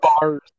Bars